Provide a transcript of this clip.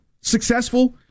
successful